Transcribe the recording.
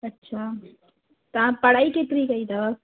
अछा तव्हां पढ़ाई केतिरी कई अथव